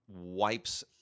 wipes